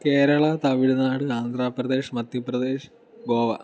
Kerala Tamil Nadu Andhra Pradesh Madhya Pradesh Goa